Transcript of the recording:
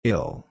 Ill